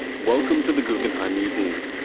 welcome to the guggenheim museum.